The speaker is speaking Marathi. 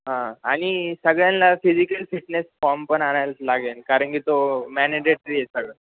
हां आणि सगळ्याला फिजिकल फिटनेस फॉर्म पण आणायला लागेल कारण की तो मॅनिडेटरी आहे सगळं